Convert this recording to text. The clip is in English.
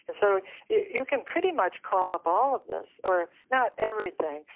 and so yeah you can pretty much call up all of this, or not everything,